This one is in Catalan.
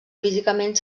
físicament